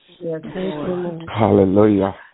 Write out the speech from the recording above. Hallelujah